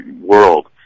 world